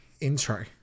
intro